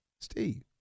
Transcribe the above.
Steve